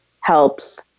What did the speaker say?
helps